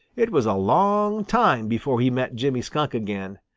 it was a long time before he met jimmy skunk again.